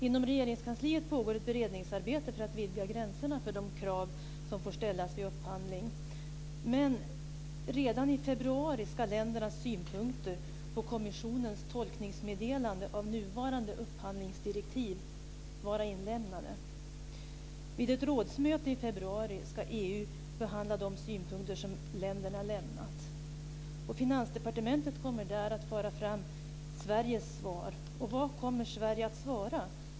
Inom Regeringskansliet pågår ett beredningsarbete för att vidga gränserna för de krav som får ställas vid upphandling. Men redan i februari ska ländernas synpunkter på kommissionens tolkningsmeddelande av nuvarande upphandlingsdirektiv vara inlämnade. Vid ett rådsmöte i februari ska EU behandla de synpunkter som länderna lämnat. Finansdepartementet kommer där att föra fram Sveriges svar. Vad kommer Sverige att svara?